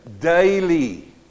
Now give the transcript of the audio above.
daily